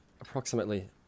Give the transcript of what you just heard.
approximately